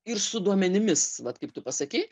ir su duomenimis vat kaip tu pasakei